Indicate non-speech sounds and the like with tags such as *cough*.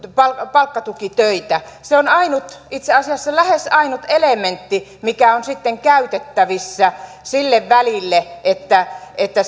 palkkatukitöitä se on itse asiassa lähes ainut elementti mikä on sitten käytettävissä sille välille että että *unintelligible*